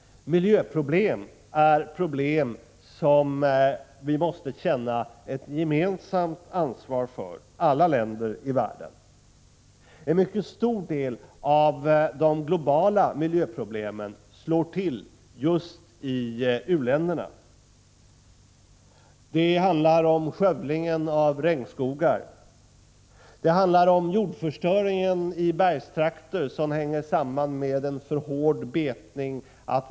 Miljöproblem är problem som alla världens länder måste känna ett gemensamt ansvar för. En mycket stor del av de globala miljöproblemen slår till just i u-länderna. Det handlar om skövling av regnskogar. Vidare handlar det om jordförstöring i bergstrakter, en jordförstöring som sammanhänger med en för hård betning.